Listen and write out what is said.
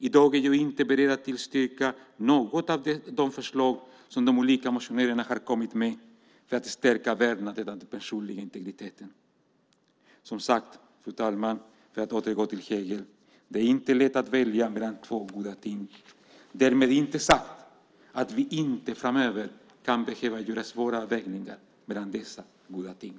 I dag är jag inte beredd att tillstyrka något av de förslag som de olika motionärerna har kommit med för att stärka värnandet av den personliga integriteten. Fru talman! För att återgå till Hegel: Det är inte lätt att välja mellan två goda ting - därmed inte sagt att vi framöver inte kan behöva göra svåra avvägningar mellan dessa goda ting.